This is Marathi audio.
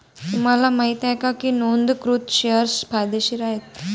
तुम्हाला माहित आहे का की नोंदणीकृत शेअर्स फायदेशीर आहेत?